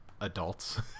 adults